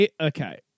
Okay